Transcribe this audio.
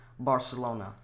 Barcelona